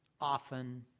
often